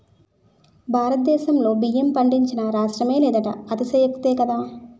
భారతదేశంలో బియ్యం పండించని రాష్ట్రమే లేదంటే అతిశయోక్తి కాదు